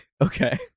Okay